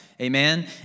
amen